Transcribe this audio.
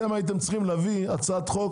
אתם הייתם צריכים להביא הצעת חוק